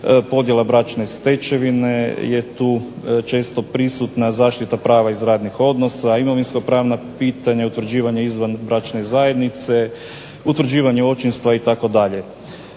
podjela bračne stečevine je tu često prisutna, zaštita prava iz radnih odnosa, imovinsko pravna pitanja, utvrđivanje izvanbračne zajednice, utvrđivanje očinstva itd.